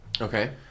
Okay